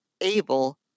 able